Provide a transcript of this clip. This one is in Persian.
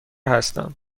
هستم